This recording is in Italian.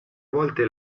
volte